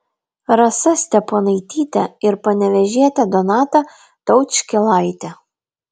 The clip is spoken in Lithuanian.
rasa steponaitytė ir panevėžietė donata taučkėlaitė